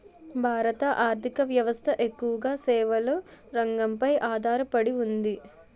భారత ఆర్ధిక వ్యవస్థ ఎక్కువగా సేవల రంగంపై ఆధార పడి ఉంది